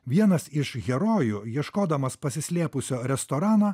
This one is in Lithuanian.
vienas iš herojų ieškodamas pasislėpusio restorano